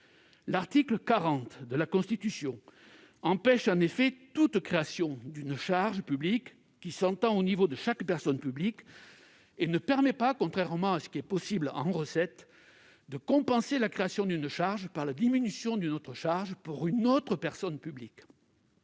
L'article 40 de la Constitution empêche, en effet, toute création d'une charge publique qui s'entend au niveau de chaque personne publique et ne permet pas, contrairement à ce qui est possible en recettes, de compenser la création d'une charge par la diminution d'une autre charge pour une autre personne publique.